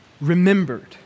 remembered